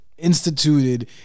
Instituted